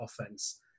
offense